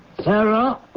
Sarah